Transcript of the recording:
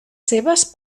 seves